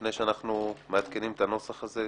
לפני שאנחנו מעדכנים את הנוסח הזה?